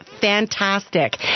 fantastic